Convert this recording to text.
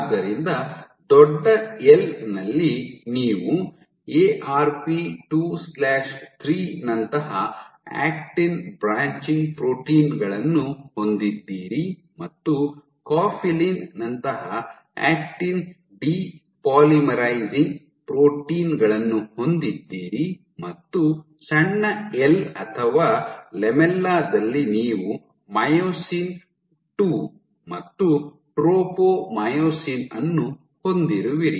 ಆದ್ದರಿಂದ ದೊಡ್ಡ "ಎಲ್" ನಲ್ಲಿ ನೀವು Arp 23 ನಂತಹ ಆಕ್ಟಿನ್ ಬ್ರಾಂಚಿಂಗ್ ಪ್ರೋಟೀನ್ ಗಳನ್ನು ಹೊಂದಿದ್ದೀರಿ ಮತ್ತು ಕೋಫಿಲಿನ್ ನಂತಹ ಆಕ್ಟಿನ್ ಡಿಪೋಲಿಮರೈಸಿಂಗ್ ಪ್ರೋಟೀನ್ ಗಳನ್ನು ಹೊಂದಿದ್ದೀರಿ ಮತ್ತು ಸಣ್ಣ "ಎಲ್" ಅಥವಾ ಲ್ಯಾಮೆಲ್ಲಾ ದಲ್ಲಿ ನೀವು ಮೈಯೋಸಿನ್ II ಮತ್ತು ಟ್ರೊಪೊಮಿಯೊಸಿನ್ ಅನ್ನು ಹೊಂದಿರುವಿರಿ